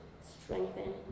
strengthen